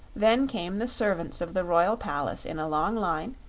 then came the servants of the royal palace, in a long line,